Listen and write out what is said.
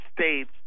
States